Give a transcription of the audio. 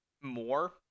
more